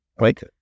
Right